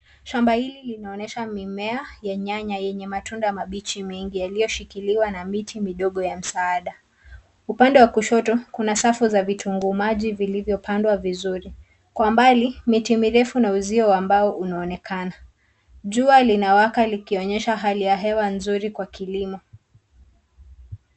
Shamba hili linaonyesha mimea ya nyanya yenye matunda mabichi mengi yaliyoshikiliwa na miti midogo ya msaada. Upande wa kushoto, kuna safu za vitunguu maji vilivyopandwa vizuri. Kwa mbali, miti mirefu na uzio wa mbao unaonekana. Jua linawaka likionyesha hali ya hewa nzuri ya kilimo.